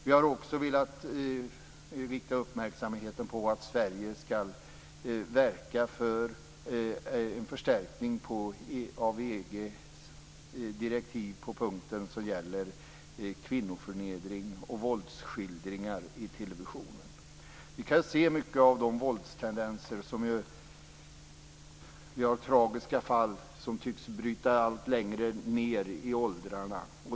Vi har också velat rikta uppmärksamheten på kravet att Sverige verkar för en förstärkning av EG-direktiv beträffande punkten om kvinnoförnedring och våldsskildringar i televisionen. Vi kan se mycket av dessa våldstendenser - vi har tragiska fall - som tycks bryta allt längre ned i åldrarna.